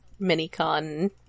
Minicon